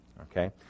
Okay